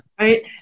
right